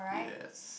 yes